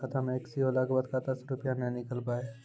खाता मे एकशी होला के बाद खाता से रुपिया ने निकल पाए?